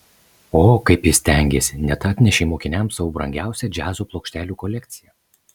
o kaip jis stengėsi net atnešė mokiniams savo brangiausią džiazo plokštelių kolekciją